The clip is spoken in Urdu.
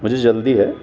مجھے جلدی ہے